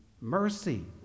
mercy